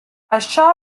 això